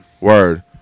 Word